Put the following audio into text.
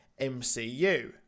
mcu